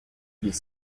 ils